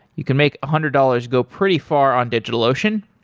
you can make a hundred dollars go pretty far on digitalocean.